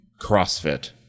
CrossFit